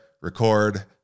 record